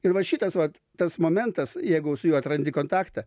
ir va šitas vat tas momentas jeigu su juo atrandi kontaktą